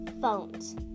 phones